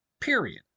period